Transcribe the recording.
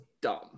dumb